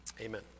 Amen